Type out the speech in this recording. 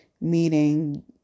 meaning